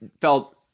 felt